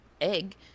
egg